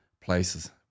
places